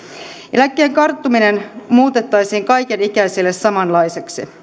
eläkkeen karttuminen muutettaisiin kaikenikäisille samanlaiseksi